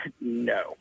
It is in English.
no